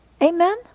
Amen